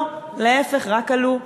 לא, להפך, רק עלו.